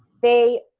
they